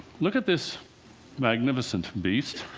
look at this magnificent beast,